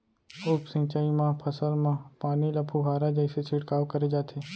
उप सिंचई म फसल म पानी ल फुहारा जइसे छिड़काव करे जाथे